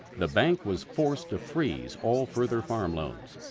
the bank was forced to freeze all further farm loans.